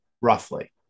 roughly